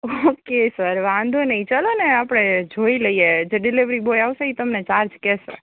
okay sir વાંધો નહીં ચલોને આપણે જોઈ લઈએ જે ડિલેવરી બોય આવશે એ તમને ચાર્જ કહેશે